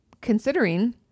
considering